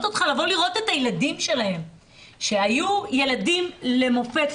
אותך לבוא לראות את הילדים שלהם שהיו ילדים למופת,